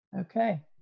Okay